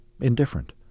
indifferent